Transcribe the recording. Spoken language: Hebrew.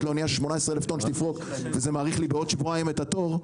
לאוניה 18,000 טון שתפרוק וזה מאריך לי בעוד שבועיים את התור,